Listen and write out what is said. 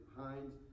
hinds